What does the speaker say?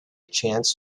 chance